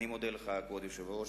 אני מודה לך, כבוד היושב-ראש.